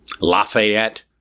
Lafayette